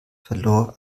verlor